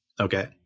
Okay